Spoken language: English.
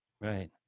Right